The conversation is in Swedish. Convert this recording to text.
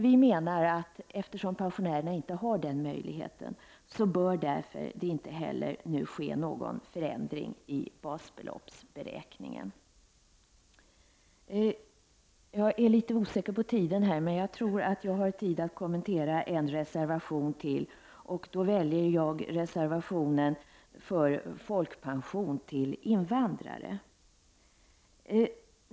Vi menar att eftersom pensionärerna inte har den möjligheten bör därför inte någon förändring ske i basbeloppsberäkningen. Jag tror att jag har tid att kommentera ytterligare en reservation. Jag väljer då den reservation som berör folkpension till invandrare.